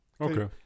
Okay